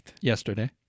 Yesterday